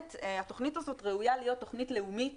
התוכנית הזאת ראויה להיות תוכנית לאומית